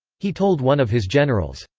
he told one of his generals,